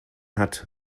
hat